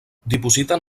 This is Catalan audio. dipositen